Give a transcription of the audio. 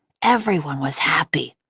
everyone was happy.